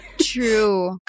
True